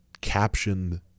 captioned